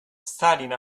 stalin